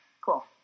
cool